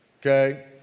Okay